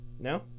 No